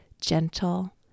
gentle